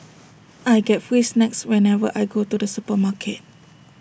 I get free snacks whenever I go to the supermarket